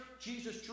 Jesus